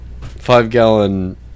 five-gallon